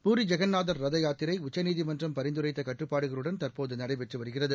பூரி ஜெகந்நாதர் ரத யாத்திரை உச்சநீதிமன்றம் பரிந்துரைத்த கட்டுப்பாடுகளுடன் தற்போது நடைபெற்று வருகிறது